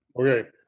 Okay